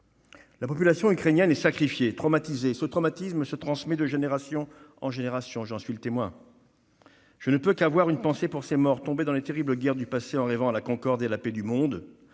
La population ukrainienne est sacrifiée et traumatisée. Ce traumatisme se transmet de génération en génération- j'en suis le témoin. Je ne peux qu'avoir une pensée pour ces morts tombés dans les terribles guerres du passé en rêvant à la concorde et à la paix du monde,